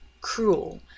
cruel